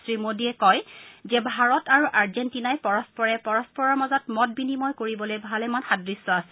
শ্ৰীমোডীয়ে কয় যে ভাৰত আৰু আৰ্জেণ্টিনাই পৰস্পৰে পৰস্পৰৰ মাজত মত বিনিয়ম কৰিবলৈ ভালেমান সাদৃশ্য আছে